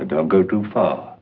don't go too far